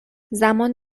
زمان